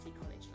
College